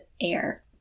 air